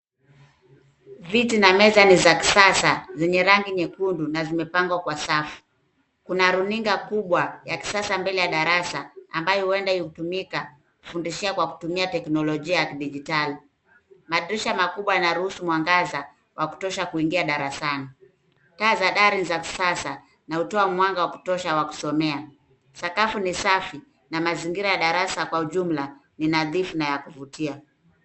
Viti na meza ni za kisasa zenye rangi nyekundu na zimepangwa kwa safu. Kuna runinga kubwa ya kisasa mbele ya darasa ambayo huenda hutumika kufundishia kwa kutumia teknolojia ya kidijitali. Madirisha makubwa yanaruhusu mwangaza wa kutosha kuingia darasani. Taa za dari ni za kisasa, na hutoa mwanga wa kutosha wa kusomea. Sakafu ni safi na mazingira ya darasa kwa ujumla ni nadhifu na ya kuvutia.